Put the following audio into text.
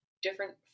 different